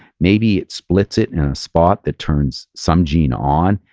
maybe it splits it in a spot that turns some gene on.